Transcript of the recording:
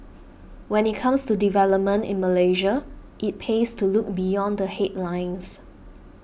when it comes to developments in Malaysia it pays to look beyond the headlines